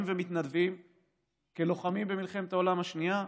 ומתנדבים כלוחמים במלחמת העולם השנייה.